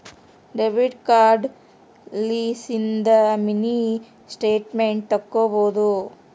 debit card ಲಿಸಿಂದ mini statement ತಕ್ಕೊಬೊದು